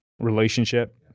relationship